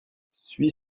suis